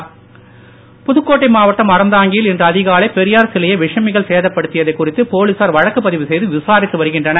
பெரியார் புதுச்கோட்டை மாவட்டம் அறந்தாங்கியில் இன்று அதிகாலை பெரியார் சிலையை விஷமிகள் சேதப்படுத்தியதை குறித்து போலீசார் வழக்கு பதிவு செய்து விசாரித்து வருகின்றனர்